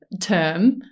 term